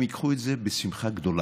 הם ייקחו את זה בשמחה גדולה.